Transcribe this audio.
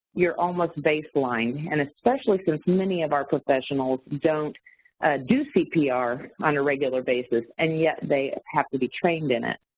you're almost baseline, and especially since many of our professionals don't do cpr on a regular basis, and yet they have to be trained in it.